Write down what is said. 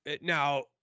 Now